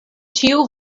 ĉiu